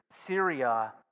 Syria